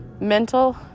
mental